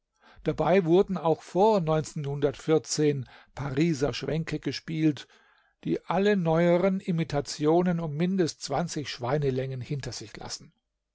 dabei wurden auch vor pariser schwänke gespielt die alle neueren imitationen um mindestens zwanzig schweinelängen hinter sich lassen